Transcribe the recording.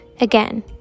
Again